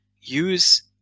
use